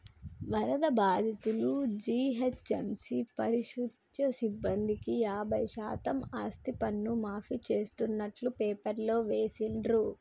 వరద బాధితులు, జీహెచ్ఎంసీ పారిశుధ్య సిబ్బందికి యాభై శాతం ఆస్తిపన్ను మాఫీ చేస్తున్నట్టు పేపర్లో వేసిండ్రు